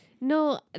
No